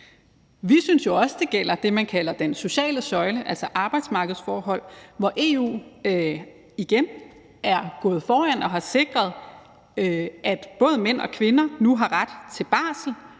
Vi synes jo også, det gælder det, man kalder den sociale søjle, altså arbejdsmarkedsforhold, hvor EU igen er gået foran og har sikret, at både mænd og kvinder nu har ret til barsel,